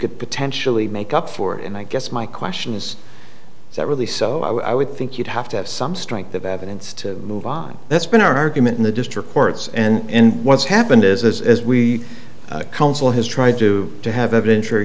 could potentially make up for it and i guess my question is is that really so i would think you'd have to have some strength of evidence to move on that's been our argument in the district courts and what's happened is we counsel has tried to to have a